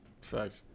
Facts